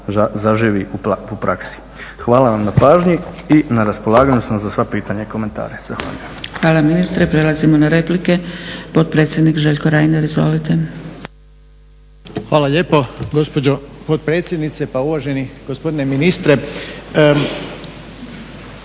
zaživi u praksi. Hvala vam na pažnji i na raspolaganju sam za sva pitanja i komentare. Zahvaljujem. **Zgrebec, Dragica (SDP)** Hvala ministre. Prelazimo na replike. Potpredsjednik Željko Reiner, izvolite. **Reiner, Željko (HDZ)** Hvala lijepo gospođo potpredsjednice. Pa uvaženi gospodine ministre,